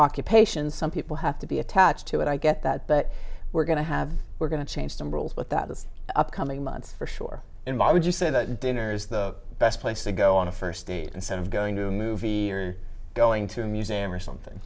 occupations some people have to be attached to it i get that but we're going to have we're going to change some rules but that is upcoming months for sure in why would you say that diners the best place to go on a first date and sort of going to movie or going to a museum or something